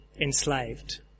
enslaved